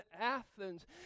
Athens